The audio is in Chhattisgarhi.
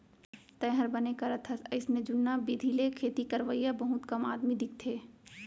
तैंहर बने करत हस अइसे जुन्ना बिधि ले खेती करवइया बहुत कम आदमी दिखथें